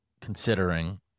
considering